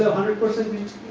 hundred percent